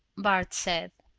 bart said.